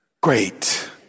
great